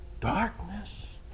darkness